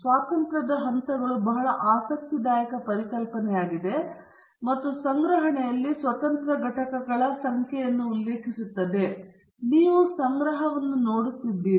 ಸ್ವಾತಂತ್ರ್ಯದ ಹಂತಗಳು ಬಹಳ ಆಸಕ್ತಿದಾಯಕ ಪರಿಕಲ್ಪನೆಯಾಗಿದೆ ಮತ್ತು ಸಂಗ್ರಹಣೆಯಲ್ಲಿ ಸ್ವತಂತ್ರ ಘಟಕಗಳ ಸಂಖ್ಯೆಯನ್ನು ಉಲ್ಲೇಖಿಸುತ್ತದೆ ನೀವು ಸಂಗ್ರಹವನ್ನು ನೋಡುತ್ತಿದ್ದೀರಿ